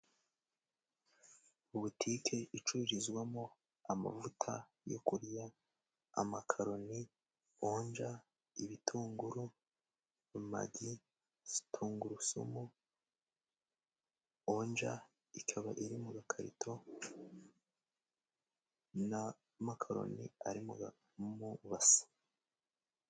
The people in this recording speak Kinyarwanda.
Butike icururizwamo :amavuta yo kurya ,amakaroni, onja, ibitunguru, magi ,tungurusumu. Onja ikaba iri mu gakarito na makaroni ari mu ibase